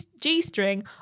G-string